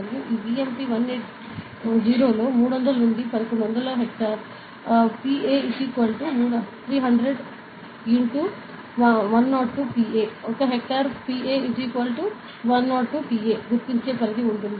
మరియు ఈ BMP 180 లో 300 నుండి 1100 హెక్టర్ Pa 300 x 102 Pa హెక్టర్ Pa 102 Pa గుర్తించే పరిధి ఉంది